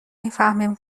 میفهمیم